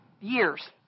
years